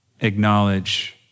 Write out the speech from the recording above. acknowledge